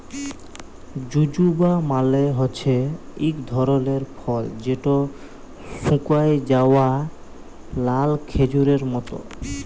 জুজুবা মালে হছে ইক ধরলের ফল যেট শুকাঁয় যাউয়া লাল খেজুরের মত